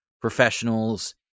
Professionals